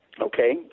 Okay